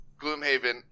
gloomhaven